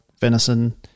venison